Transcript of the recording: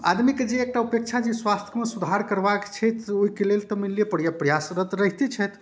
आदमीके जे एकटा उपेक्षा जे स्वास्थमे सुधार करबाके छै तऽ ओइके लेल तऽ मानि लिऽ प्रयासरत रहिते छथि